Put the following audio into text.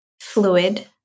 fluid